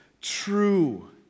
true